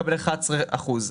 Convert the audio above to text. מקבל 11 אחוזים.